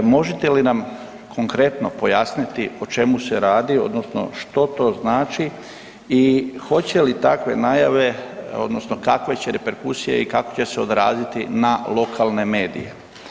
Možete li nam konkretno pojasniti o čemu se radi odnosno što to znači i hoće li takve najave odnosno kakve će reperkusije i kako će se odraziti na lokalne medije?